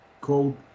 called